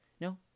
No